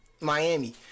Miami